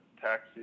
taxi